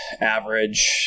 average